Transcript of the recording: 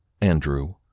Andrew